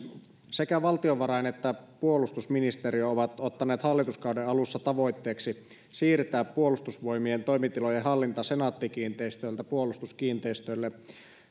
sekä valtiovarain että puolustusministeriö ovat ottaneet hallituskauden alussa tavoitteeksi siirtää puolustusvoimien toimitilojen hallinta senaatti kiinteistöiltä puolustuskiinteistöille